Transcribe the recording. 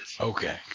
Okay